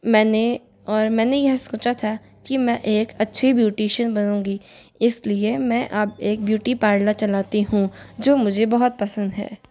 मैंने और मैंने यह सोचा था कि मैं एक अच्छी ब्यूटीशियन बनूंगी इसलिए मैं अब एक ब्यूटी पार्लर चलाती हूँ जो मुझे बहुत पसंद है